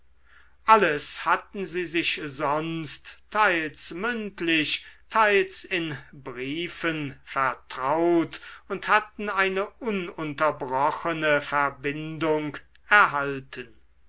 alles hatten sie sich sonst teils mündlich teils in briefen vertraut und hatten eine ununterbrochene verbindung erhalten